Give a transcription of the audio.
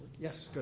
yes,